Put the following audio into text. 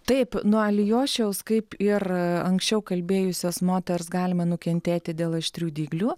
taip nuo alijošiaus kaip ir anksčiau kalbėjusios moters galima nukentėti dėl aštrių dyglių